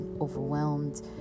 overwhelmed